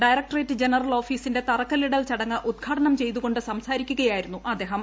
directorate general ഓഫീസിന്റെ തറകല്ലിടൽ ചടങ്ങ് ഉദ്ഘാടനം ചെയ്തുകൊണ്ട് സംസാരിക്കുകയായിരുന്നു അദ്ദേഹം